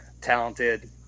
talented